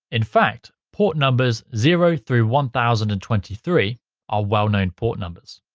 in fact port numbers zero through one thousand and twenty three are well-known port numbers.